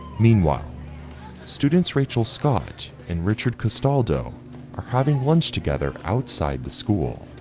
meanwhile students, rachel scott and richard castaldo are having lunch together outside the school.